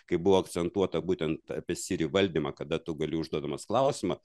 kai buvo akcentuota būtent apie siri valdymą kada tu gali užduodamas klausimą